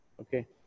okay